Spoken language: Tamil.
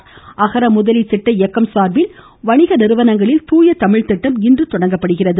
இந்நாளையொட்டி அகர முதலி திட்ட இயக்கம் சார்பில் வணிக நிறுவனங்களில் தூய தமிழ் திட்டம் இன்றுமுதல் தொடங்கப்படுகிறது